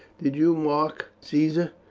did you mark caesar?